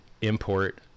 import